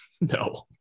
No